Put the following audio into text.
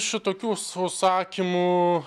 šitokių užsakymų